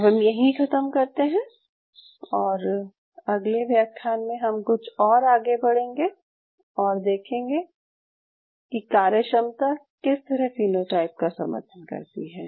अब हम यहीं ख़त्म करते हैं और अगले व्याख्यान में हम कुछ और आगे बढ़ेंगे और देखेंगे कि कार्यक्षमता किस तरह फीनोटाइप का समर्थन करती है